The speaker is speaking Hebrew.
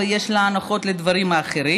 ויש לה הנחות בדברים האחרים.